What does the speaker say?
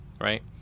right